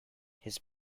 his